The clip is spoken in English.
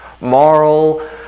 Moral